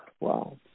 Wow